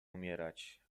umierać